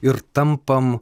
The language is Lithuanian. ir tampam